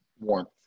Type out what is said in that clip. Warmth